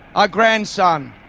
ah grandson,